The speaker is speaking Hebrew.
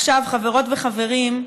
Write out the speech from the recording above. חברות וחברים,